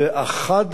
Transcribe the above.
ואחת